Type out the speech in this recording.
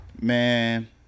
Man